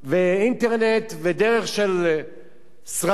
ודרך סרטים כאלה ואחרים,